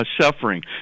suffering